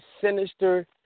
sinister